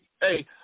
Hey